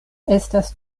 estas